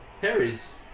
Harry's